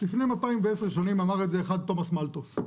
לפני 210 שנים אמר את זה אחד, תומאס מלתוס.